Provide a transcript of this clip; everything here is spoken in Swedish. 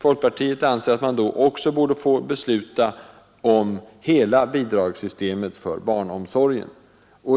Folkpartiet anser att man då också borde få besluta om hela bidragssystemet för barnomsorgen.